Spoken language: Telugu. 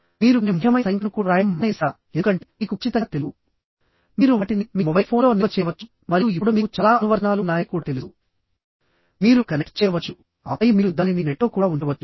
మీరు కొన్ని ముఖ్యమైన సంఖ్యలను కూడా వ్రాయడం మానేశారా ఎందుకంటే మీకు ఖచ్చితంగా తెలుసు మీరు వాటిని మీ మొబైల్ ఫోన్లో నిల్వ చేయవచ్చు మరియు ఇప్పుడు మీకు చాలా అనువర్తనాలు ఉన్నాయని కూడా తెలుసు మీరు కనెక్ట్ చేయవచ్చు ఆపై మీరు దానిని నెట్లో కూడా ఉంచవచ్చు